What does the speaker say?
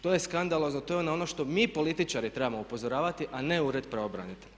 To je skandalozno, to je ono na što mi političari trebamo upozoravati a ne ured pravobranitelja.